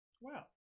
Wow